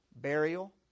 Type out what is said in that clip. Burial